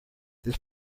this